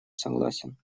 согласен